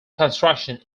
construction